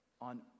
on